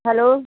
hello